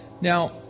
Now